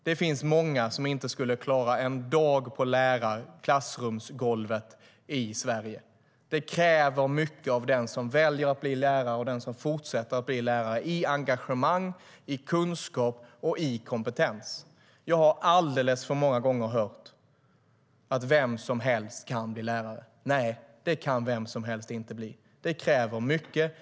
Det finns många som inte skulle klara en dag på klassrumsgolvet i Sverige. Det kräver mycket engagemang, kunskap och kompetens av den som väljer att bli lärare och den som fortsätter att vara lärare. Jag har alldeles för många gånger hört att vem som helst kan bli lärare. Nej, det kan inte vem som helst bli. Det kräver mycket.